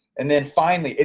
and then finally,